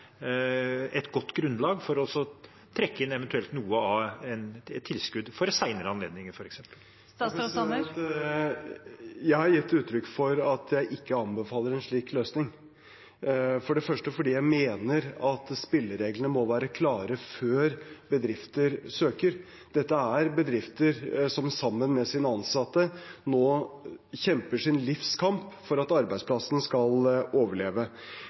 et godt grunnlag for å trekke inn eventuelt noe av et tilskudd, f.eks. for senere anledninger? Jeg har gitt uttrykk for at jeg ikke anbefaler en slik løsning, for det første fordi jeg mener at spillereglene må være klare før bedrifter søker. Dette er bedrifter som sammen med sine ansatte nå kjemper sitt livs kamp for at arbeidsplassen skal overleve.